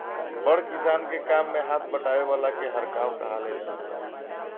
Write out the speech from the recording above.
बड़ किसान के काम मे हाथ बटावे वाला के हरवाह कहाले सन